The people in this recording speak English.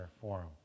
Forum